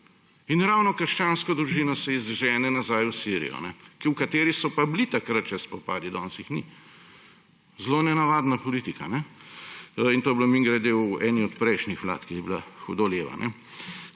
In ravno krščansko družino se izžene nazaj v Sirijo, v kateri so bili takrat še spopadi, danes jih ni. Zelo nenavadna politika, ne? In to je bilo, mimogrede, v eni od prejšnjih vlad, ki je bila hudo leva.